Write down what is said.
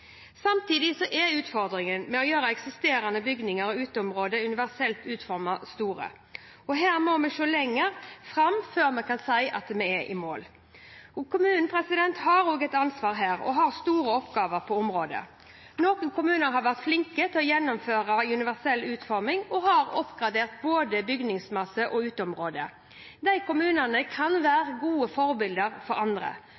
er utfordringene med å gjøre eksisterende bygninger og uteområder universelt utformet store. Her må vi se lenger fram før vi kan si at vi er i mål. Kommunene har også et ansvar her og har store oppgaver på området. Noen kommuner har vært flinke til å gjennomføre universell utforming og har oppgradert både bygningsmasse og uteområder. Disse kan